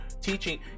teaching